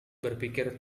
berpikir